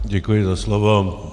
Děkuji za slovo.